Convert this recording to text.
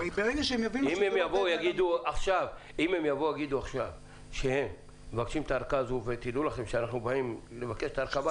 אם הם יגידו עכשיו שהם מבקשים את הארכה הזאת ושהם יבקשו את הארכה הבאה,